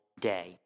day